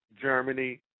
Germany